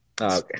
Okay